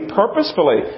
purposefully